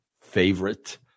favorite